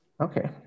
Okay